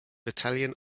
battalion